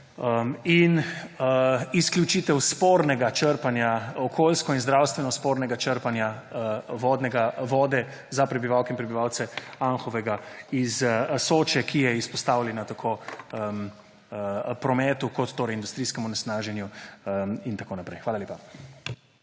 in izključitev spornega črpanja, okoljsko in zdravstveno spornega črpanja, vode za prebivalke in prebivalce Anhovega iz Soče, ki je izpostavljena tako prometu kot industrijskemu onesnaženju in tako naprej. Hvala lepa.